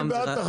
היא בעד תחרות,